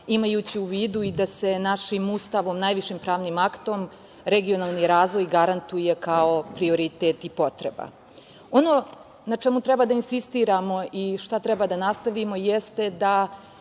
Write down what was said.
imajući u vidu i da se našim Ustavom, najvišim pravnim aktom, regionalni razvoj garantuje kao prioritet i potreba. Ono na čemu treba da insistiramo i šta treba da nastavimo jeste da